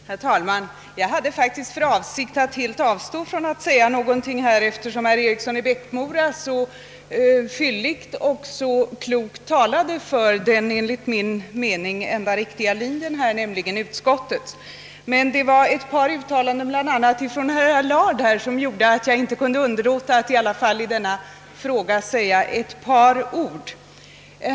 Herr talman! Jag hade faktiskt för avsikt att helt avstå från att säga någonting här, eftersom herr Eriksson i Bäckmora så fylligt och så klokt talade för den enligt min mening enda riktiga linjen här, nämligen utskottets. Men det var ett par uttalanden, bl.a. av herr Allard, som gjorde att jag inte kunde underlåta att i alla fall i denna fråga säga ett par ord.